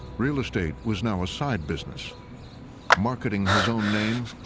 real estate was now a side business marketing his own name,